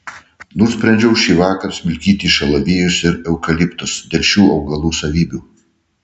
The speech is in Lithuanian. nusprendžiau šįvakar smilkyti šalavijus ir eukaliptus dėl šių augalų savybių